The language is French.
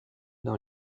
dans